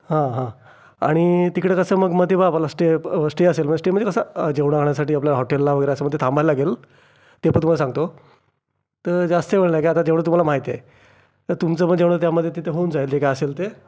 हा हा आणि तिकडे कसं मग मं ते आम्हाला स्टे स्टे असेल स्टे म्हणजे कसं जेवणाखाण्यासाठी आपल्या हॉटेलला वगैरे असं मग ते थांबायला लागेल ते पण तुम्हाला सांगतो तर जास्त वेळ लागेल आता तेवढं तुम्हाला माहिती आहे तर तुमचं पण जेवढं त्यामध्ये तिथे होऊन जाईल जे काय असेल ते